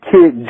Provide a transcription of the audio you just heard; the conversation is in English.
Kid